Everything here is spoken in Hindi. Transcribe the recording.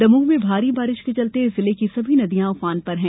दमोह में भारी बारिश के चलते जिले की सभी नदियां उफान पर हैं